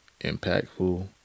impactful